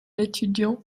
étudiant